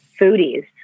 foodies